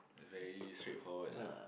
very straightforward ya